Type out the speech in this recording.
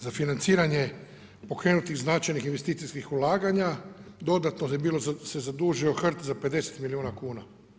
Za financiranje pokrenutih značajnih investicijskih ulaganja, dodatno se bio zadužio HRT za 50 milijuna kuna.